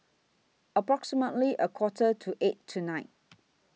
approximately A Quarter to eight tonight